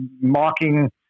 mocking